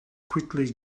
quickly